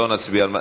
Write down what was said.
לא נצביע?